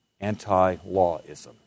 anti-lawism